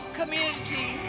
community